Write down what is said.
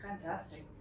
fantastic